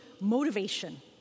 motivation